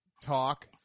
talk